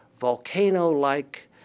volcano-like